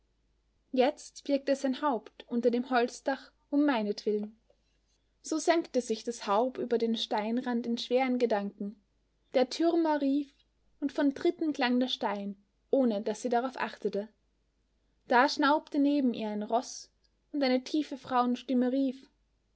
jetzt birgt er sein haupt unter dem holzdach um meinetwillen so senkte sie das haupt über den steinrand in schweren gedanken der türmer rief und von tritten klang der stein ohne daß sie darauf achtete da schnaubte neben ihr ein roß und eine tiefe frauenstimme rief